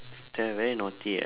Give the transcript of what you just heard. they're very naughty eh